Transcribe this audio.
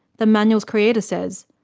the manual's creator says,